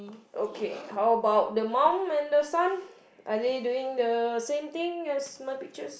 okay how about the mum and the son are they doing the same thing as my pictures